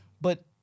But-